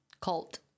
cult